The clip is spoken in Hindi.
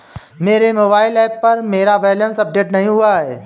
मेरे मोबाइल ऐप पर मेरा बैलेंस अपडेट नहीं हुआ है